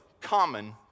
common